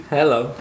hello